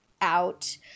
out